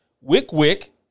wick-wick